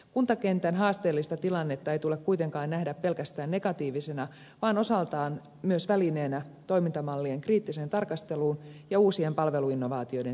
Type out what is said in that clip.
kuntakentän haasteellista tilannetta ei tule kuitenkaan nähdä pelkästään negatiivisena vaan osaltaan myös välineenä toimintamallien kriittiseen tarkasteluun ja uusien palveluinnovaatioiden synnyttämiseen